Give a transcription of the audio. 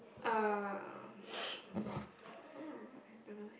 uh !huh! I don't know eh